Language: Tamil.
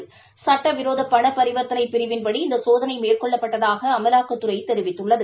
சோதனை சட்ட விரோத பண பரிவர்த்தனை பிரிவின்படி சோதனை இந்த இந்த மேற்கொள்ளப்பட்டதாக அமலாக்கத்துறை தெரிவித்துள்ளது